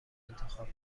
انتخاب